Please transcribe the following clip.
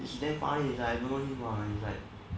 it's damn funny it's like I don't know him it's like